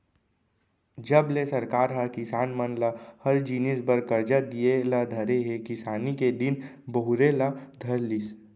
जब ले सरकार ह किसान मन ल हर जिनिस बर करजा दिये ल धरे हे किसानी के दिन बहुरे ल धर लिस